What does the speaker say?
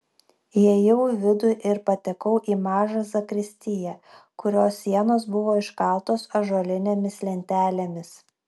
įėjau į vidų ir patekau į mažą zakristiją kurios sienos buvo iškaltos ąžuolinėmis lentelėmis